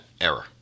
error